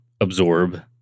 absorb